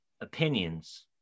opinions